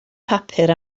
papur